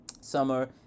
summer